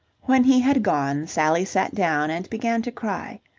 when he had gone. sally sat down and began to cry.